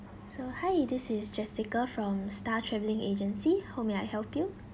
so hi this is jessica from star travelling agency how may I help you